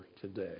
today